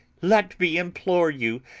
let me implore you,